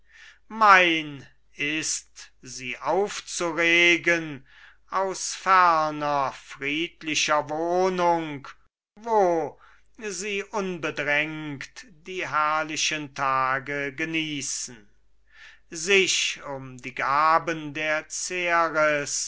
mein ist sie aufzuregen aus ferner friedlicher wohnung wo sie unbedrängt die herrlichen tage genießen sich um die gaben der ceres